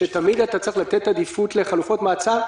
שתמיד אתה צריך לתת עדיפות לחלופות מעצר,